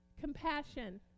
Compassion